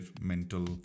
mental